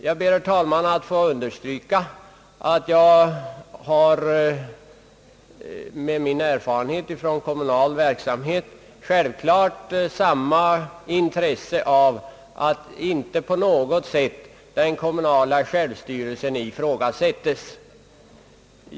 Jag ber, herr talman, att få understryka att jag, med den erfarenhet jag har från kommunal verksamhet, självfallet har stort intresse av att den kommunala självstyrelsen inte sätts i fråga.